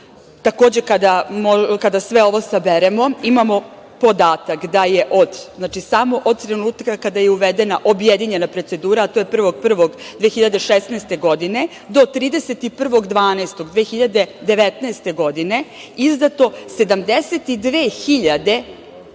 kada sve ovo saberemo, imamo podatak da je od trenutka kada je uvedene objedinjena procedura, a to je 1.1.2016. godine do 31.12.2019. godine, izdato 72.411